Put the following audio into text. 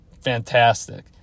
fantastic